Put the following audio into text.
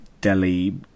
Delhi